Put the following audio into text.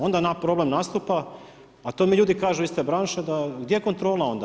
Onda problem nastupa, a to mi ljudi kažu iz te branše da gdje je kontrola onda.